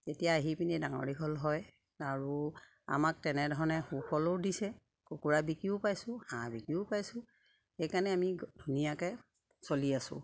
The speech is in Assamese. তেতিয়া আহি পিনি ডাঙৰ দীঘল হয় আৰু আমাক তেনেধৰণে সুফলো দিছে কুকুৰা বিকিও পাইছোঁ হাঁহ বিকিও পাইছোঁ সেইকাৰণে আমি ধুনীয়াকে চলি আছোঁ